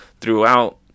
throughout